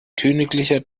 königlicher